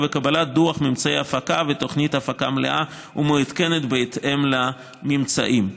וקבלת דוח ממצאי הפקה ותוכנית הפקה מלאה ומעודכנת בהתאם לממצאים.